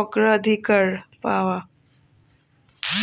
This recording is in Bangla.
অগ্রাধিকার পায়